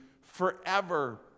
forever